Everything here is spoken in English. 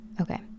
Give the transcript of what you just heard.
Okay